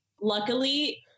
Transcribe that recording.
Luckily